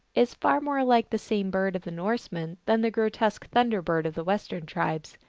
is far more like the same bird of the norsemen than the grotesque thunder bird of the western tribes.